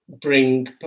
bring